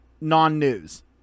non-news